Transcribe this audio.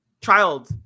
child